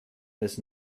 des